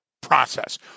process